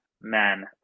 men